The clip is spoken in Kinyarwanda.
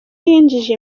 yinjije